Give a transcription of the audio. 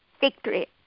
Victory